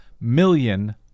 million